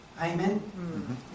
Amen